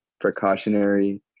precautionary